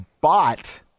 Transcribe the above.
bought